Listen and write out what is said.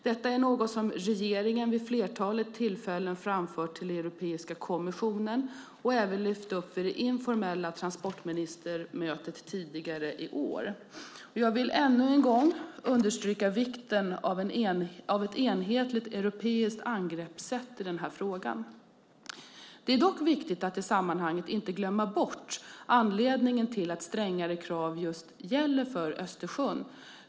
Detta är något som regeringen vid flertalet tillfällen framfört till Europeiska kommissionen och även lyft upp vid det informella transportministermötet tidigare i år. Jag vill ännu en gång understryka vikten av ett enhetligt europeiskt angreppssätt i den här frågan. Det är dock viktigt att i sammanhanget inte glömma bort anledningen till att strängare krav gäller för just Östersjön.